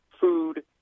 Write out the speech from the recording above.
food